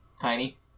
Tiny